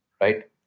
right